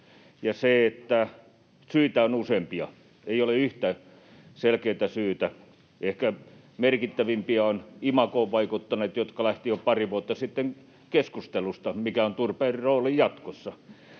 ja syitä on useampia, ei ole yhtä selkeää syytä. Ehkä merkittävimpiä ovat imagoon vaikuttaneet syyt, jotka lähtivät jo pari vuotta sitten keskustelusta siitä, mikä on turpeen rooli jatkossa.